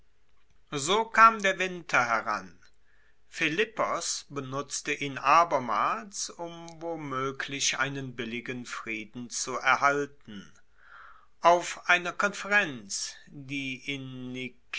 so kam der winter heran philippos benutzte ihn abermals um womoeglich einen billigen frieden zu erhalten auf einer konferenz die in